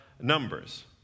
numbers